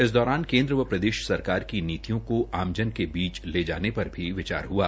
इस दौरान केन्द्र व प्रदेश सरकार की नीतियों को आमजन के बीच ले जाने पर भी विचार हआ